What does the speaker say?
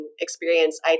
experience